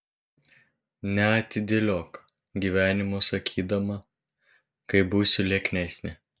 neatidėliok gyvenimo sakydama kai būsiu lieknesnė